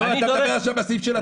זה לא מה שהוא אומר.